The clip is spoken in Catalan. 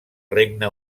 regne